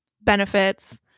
benefits